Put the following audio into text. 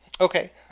Okay